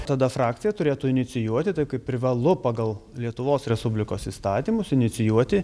tada frakcija turėtų inicijuoti taip kaip privalu pagal lietuvos respublikos įstatymus inicijuoti